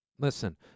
Listen